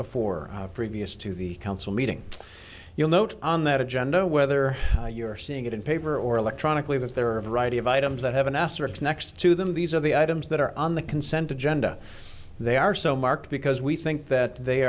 before previous to the council meeting you'll note on that agenda whether you're seeing it on paper or electronically that there are a variety of items that have an asterisk next to them these are the items that are on the consent agenda they are so mark because we think that they